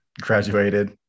graduated